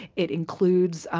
it includes.